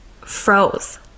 froze